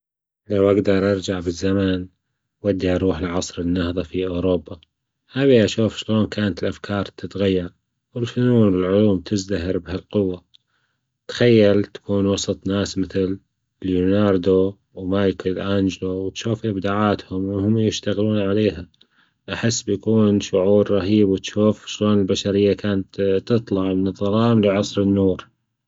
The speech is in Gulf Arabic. لو أجدر أرجع بالزمن ودي أروح لعصر النهضة في أوروبا، أبي أشوف شلون كانت الأفكار تتغير، والفنون والعلوم تزدهر بهالقوة. تخيل تكون وسط ناس مثل ليوناردو ومايكل انجلو وتشوف إبداعاتهم وهم يشتغلون عليها بأحس بكون شعور رهيب وتشوف شلون البشرية كانت تطلع من الظلام لعصر النور.